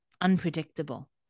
unpredictable